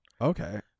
okay